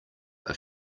are